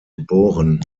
geboren